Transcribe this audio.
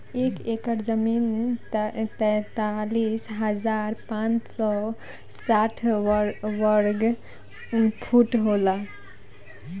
एक एकड़ जमीन तैंतालीस हजार पांच सौ साठ वर्ग फुट होला